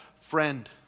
Friend